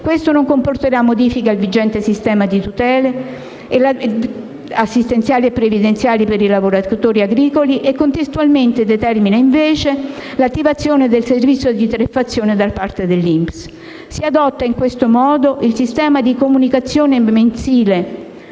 Questo non comporterà modifiche al vigente sistema di tutele assistenziali e previdenziali per i lavoratori agricoli e contestualmente determina invece l'attivazione del servizio di tariffazione da parte dell'INPS. Si adotta in questo modo il sistema di comunicazione mensile